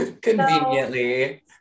Conveniently